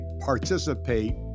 participate